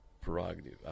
prerogative